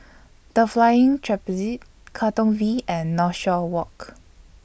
The Flying Trapeze Katong V and Northshore Walk